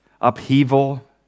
upheaval